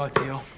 ah tio.